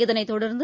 இதனைத்தொடர்ந்து